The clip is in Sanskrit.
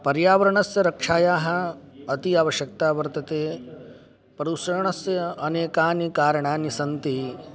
पर्यावरणस्य रक्षायाः अति आवश्यकता वर्तते पदूषणस्य अनेकानि कारणानि सन्ति